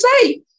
say